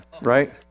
Right